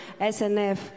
SNF